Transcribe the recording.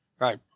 Right